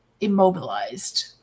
immobilized